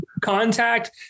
contact